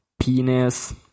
penis